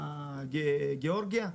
גיאורגיה.